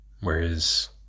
Whereas